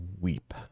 weep